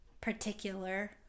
particular